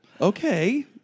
Okay